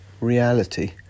reality